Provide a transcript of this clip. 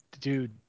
dude